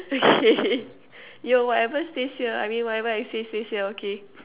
okay yo whatever stays here I mean whatever I say stays here okay